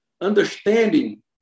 understanding